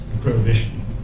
Prohibition